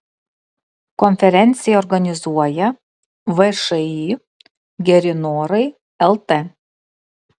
konferenciją organizuoja všį geri norai lt